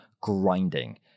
grinding